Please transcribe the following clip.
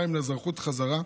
לאזרחות חזרה,